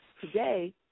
today